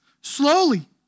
slowly